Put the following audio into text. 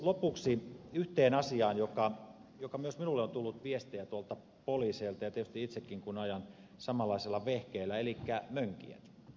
lopuksi yhteen asiaan josta myös minulle on tullut viestiä tuolta poliiseilta ja tietysti itsekin kun ajan samanlaisella vehkeellä elikkä mönkijöihin